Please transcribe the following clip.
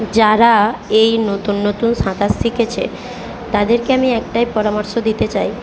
যারা এই নতুন নতুন সাঁতার শিখেছে তাদেরকে আমি একটাই পরামর্শ দিতে চাই